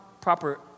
proper